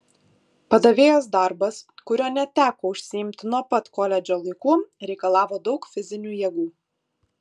padavėjos darbas kuriuo neteko užsiimti nuo pat koledžo laikų reikalavo daug fizinių jėgų